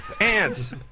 ants